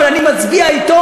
אבל אני מצביע אתו,